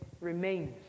remains